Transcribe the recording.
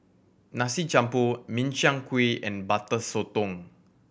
Nasi Campur Min Chiang Kueh and Butter Sotong